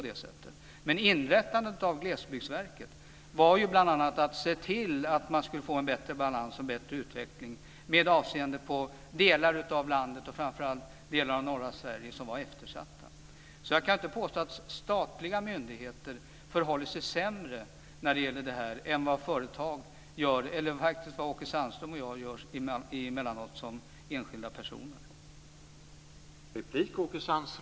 Avsikten med inrättandet av Glesbygdsverket var bl.a. att man skulle se till att det blev en bättre balans och en bättre utveckling, med avseende på eftersatta delar av landet, framför allt i norra Sverige. Jag kan inte påstå att statliga myndigheter förhåller sig sämre när det gäller detta än vad företag gör och faktiskt än vad Åke Sandström och jag emellanåt som enskilda personer gör.